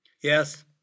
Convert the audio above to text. Yes